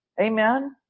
Amen